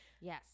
Yes